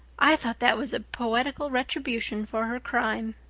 i thought that was a poetical retribution for her crime.